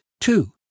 Two